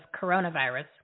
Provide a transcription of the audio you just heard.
coronavirus